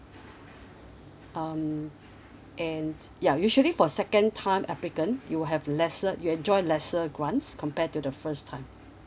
um and ya usually for second time applicant you'll have lesser you enjoy lesser grants compared to the first time